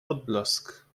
odblask